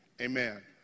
Amen